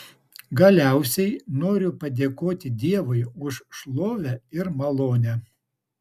galiausiai noriu padėkoti dievui už šlovę ir malonę